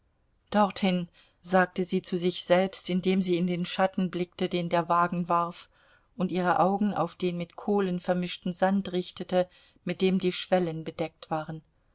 dorthin sagte sie zu sich selbst indem sie in den schatten blickte den der wagen warf und ihre augen auf den mit kohlen vermischten sand richtete mit dem die schwellen bedeckt waren